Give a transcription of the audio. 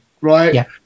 right